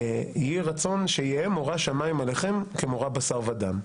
"יהי רצון שיהא מורא שמיים עליכם כמורא בשר ודם".